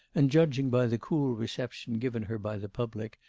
and judging by the cool reception given her by the public,